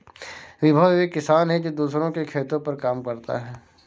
विभव एक किसान है जो दूसरों के खेतो पर काम करता है